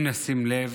אם נשים לב,